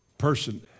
Person